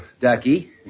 ducky